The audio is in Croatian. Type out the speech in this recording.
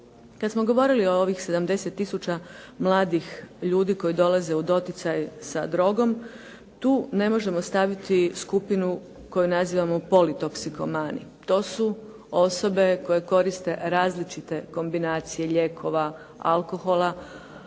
Kad smo govorili o ovih 70 tisuća mladih ljudi koji dolaze u doticaj sa drogom tu ne možemo staviti skupinu koju nazivamo politoksikomani. To su osobe koje koriste različite kombinacije lijekova, alkohola